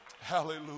Hallelujah